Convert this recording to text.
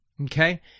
okay